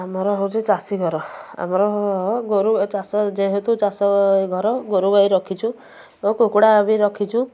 ଆମର ହେଉଛି ଚାଷୀ ଘର ଆମର ଗୋରୁ ଚାଷ ଯେହେତୁ ଚାଷ ଘର ଗୋରୁ ଗାଈ ରଖିଛୁ ଓ କୁକୁଡ଼ା ବି ରଖିଛୁ